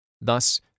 Thus